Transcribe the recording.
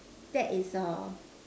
that is err